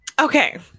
okay